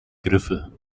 griffel